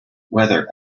weather